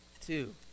two